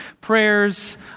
prayers